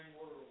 world